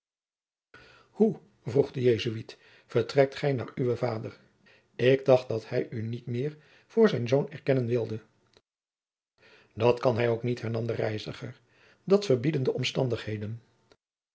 hoe vroeg de jesuit vertrekt gij naar uwen vader ik dacht dat hij u niet meer voor zijn zoon erkennen wilde dat kan hij ook niet hernam de reiziger dat verbieden de omstandigheden